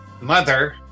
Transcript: mother